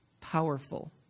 powerful